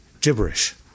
Gibberish